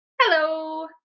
hello